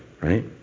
Right